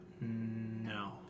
No